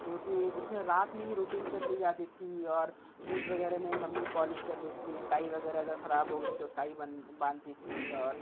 کیوںکہ اُس میں رات میں ہی روٹین کر لی جاتی تھی اور شوز وغیرہ میں ممی پولش کر دیتی تھی ٹائی وغیرہ اگر خراب ہوگئی ہے تو ٹائی بن باندھتی تھی اور